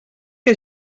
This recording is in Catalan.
que